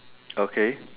okay